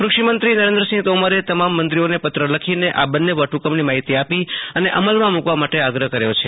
કૃષિમૂંત્રી નરેન્દ્રસિંહ તોમરે તમામ મંત્રીઓને પત્ર લખીને આ બન્ને વટફકમની માફિતી આપી અને અમલેમાં મૂકવા માટે આગ્રફ કર્યો છે